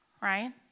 Right